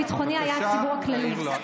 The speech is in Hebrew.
בבקשה, להעיר לה.